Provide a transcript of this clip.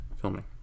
filming